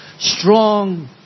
strong